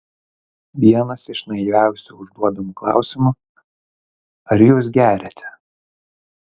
vienas iš naiviausių užduodamų klausimų ar jūs geriate